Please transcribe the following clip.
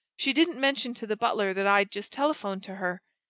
she didn't mention to the butler that i'd just telephoned to her.